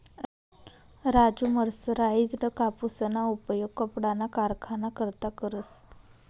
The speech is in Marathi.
राजु मर्सराइज्ड कापूसना उपयोग कपडाना कारखाना करता करस